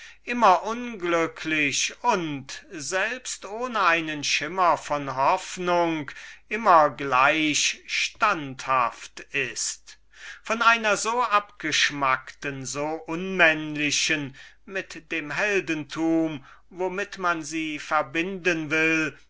immer unglücklich und doch selbst ohne einen schimmer von hoffnung immer gleich standhaft ist von einer so abgeschmackten so unmännlichen und mit dem heldentum womit man sie verbinden will